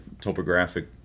topographic